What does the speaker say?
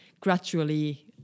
gradually